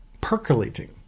percolating